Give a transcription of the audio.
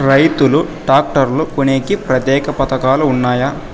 రైతులు ట్రాక్టర్లు కొనేకి ప్రత్యేక పథకాలు ఉన్నాయా?